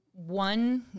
one